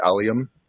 allium